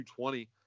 220